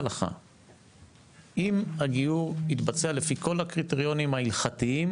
אם הגיור יתבצע לפי כל הקריטריונים ההלכתיים